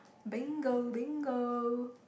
bingo bingo